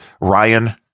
Ryan